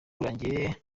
urangiye